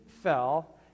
fell